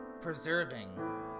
preserving